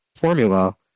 formula